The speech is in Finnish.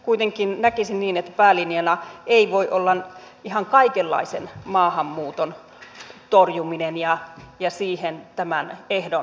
kuitenkin näkisin niin että päälinjana ei voi olla ihan kaikenlaisen maahanmuuton torjuminen ja siihen tämän ehdon liittäminen